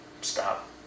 stop